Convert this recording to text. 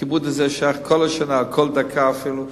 הכיבוד הזה שייך לכל השנה, כל דקה אפילו,